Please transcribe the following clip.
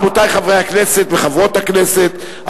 רבותי חברי הכנסת וחברות הכנסת,